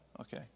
Okay